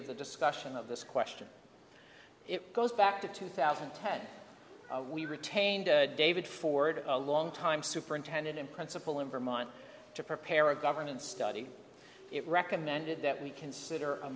of the discussion of this question it goes back to two thousand and ten we retained david ford a long time superintendent in principle in vermont to prepare a government study it recommended that we consider a